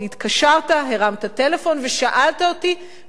לא הרמת טלפון ושאלת אותי באופן אישי מה הסיפור.